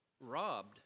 robbed